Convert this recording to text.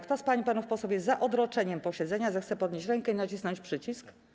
Kto z pań i panów posłów jest za odroczeniem posiedzenia, zechce podnieść rękę i nacisnąć przycisk.